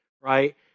right